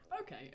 Okay